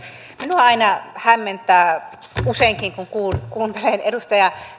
minua aina hämmentää useinkin kun kun kuuntelen edustaja